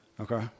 Okay